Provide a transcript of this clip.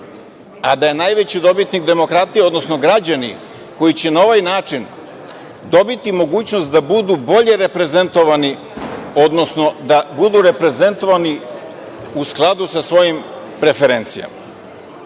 a da je najveći dobitnik demokratija, odnosno građani koji će na ovaj način dobiti mogućnost da budu bolje reprezentovani, odnosno da budu reprezentovani u skladu sa svojim preferencijama. Što